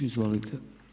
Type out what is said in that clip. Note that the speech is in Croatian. Izvolite.